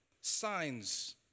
signs